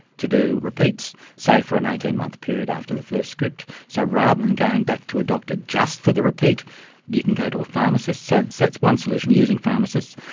to do repeats, say for an eighteen month period after the first script. so rather than going back to a doctor just for the repeat you can go to a pharmacist. ah so that's one solution, using pharmacists.